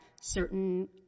certain